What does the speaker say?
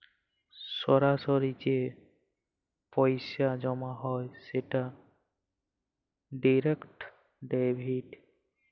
সরাসরি যে পইসা জমা হ্যয় সেট ডিরেক্ট ডেবিট